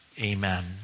amen